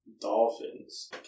dolphins